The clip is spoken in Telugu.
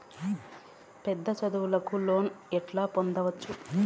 పెద్ద చదువులకు లోను ఎట్లా పొందొచ్చు